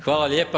Hvala lijepa.